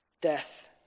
death